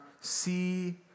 see